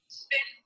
spin